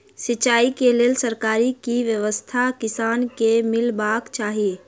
सिंचाई केँ लेल सरकारी की व्यवस्था किसान केँ मीलबाक चाहि?